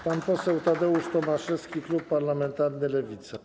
Pan poseł Tadeusz Tomaszewski, klub parlamentarny Lewica.